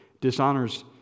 dishonors